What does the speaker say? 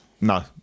No